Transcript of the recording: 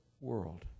world